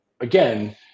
again